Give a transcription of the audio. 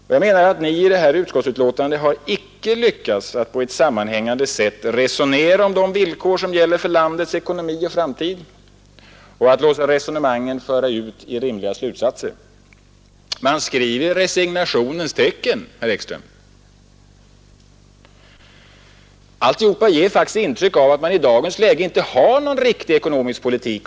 Ni har i det här utskottsbetänkandet icke lyckats att på ett sammanhängande sätt resonera om de villkor som gäller för landets ekonomi och framtid och att föra ut resonemangen i rimliga slutsatser. Man skriver i resignationens tecken, herr Ekström. Alltihop ger faktiskt intryck av att man i dagens läge inte har någon riktig ekonomisk politik.